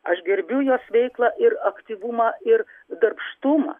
aš gerbiu jos veiklą ir aktyvumą ir darbštumą